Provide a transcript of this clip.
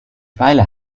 weile